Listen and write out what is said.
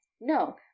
No